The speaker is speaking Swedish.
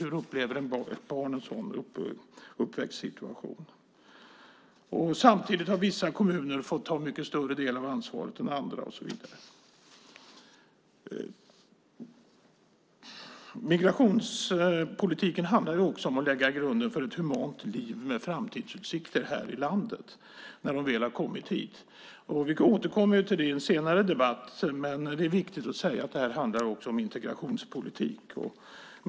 Hur upplever ett barn en sådan uppväxtsituation? Samtidigt har vissa kommuner fått ta mycket större del av ansvaret än andra, och så vidare. Migrationspolitiken handlar också om att lägga grunden för ett humant liv med framtidsutsikter här i landet när de väl har kommit hit. Vi återkommer till det i en senare debatt. Det är viktigt att säga att det också handlar om integrationspolitik.